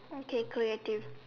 okay creative